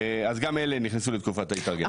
אז גם אלה נכנסו לתקופת ההתארגנות.